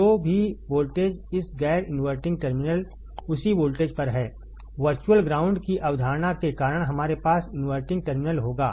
जो भी वोल्टेज इस गैर इनवर्टिंग टर्मिनल उसी वोल्टेज पर है वर्चुअल ग्राउंड की अवधारणा के कारण हमारे पास इनवर्टिंग टर्मिनल होगा